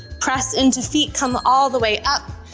press into feet, come all the way up.